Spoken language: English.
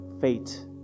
fate